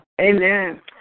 Amen